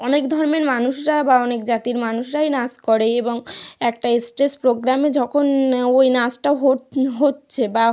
অনেক ধর্মের মানুষরা বা অনেক জাতির মানুষরাই নাচ করে এবং একটা স্টেজ প্রোগ্রামে যখন ওই নাচটা হচ্ছে বা